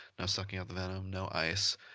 no sucking out the venom, no ice.